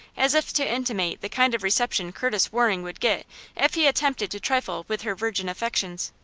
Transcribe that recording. as if to intimate the kind of reception curtis waring would get if he attempted to trifle with her virgin affections.